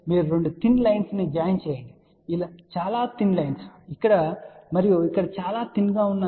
మీరు రెండు thin lines ను జాయిన్ చేయండి చాలా తిన్ లైన్స్ ఇక్కడ మరియు ఇక్కడ చాలా తిన్ గా 0